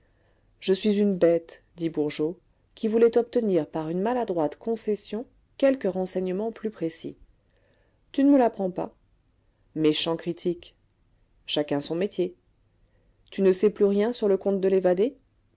je suis une bête dit bourgeot qui voulait obtenir par une maladroite concession quelques renseignements plus précis tu ne me l'apprends pas méchant critique chacun son métier tu ne sais plus rien sur le compte de l'évadé